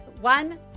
One